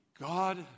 God